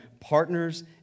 partners